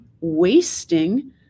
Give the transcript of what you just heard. wasting